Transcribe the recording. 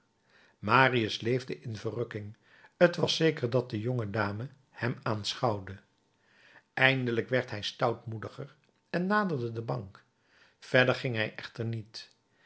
marius leefde in verrukking t was zeker dat de jonge dame hem aanschouwde eindelijk werd hij stoutmoediger en naderde de bank verder ging hij echter niet